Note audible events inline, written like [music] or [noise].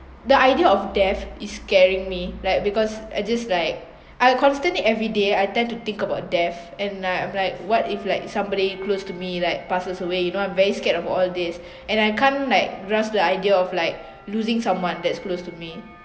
the idea of death is scaring me like because I just like I constantly everyday I tend to think about death and ah I'm like what if like somebody close to me like passes away you know I’m very scared of all this [breath] and I can't like grasp the idea of like losing someone that's close to me